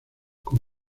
con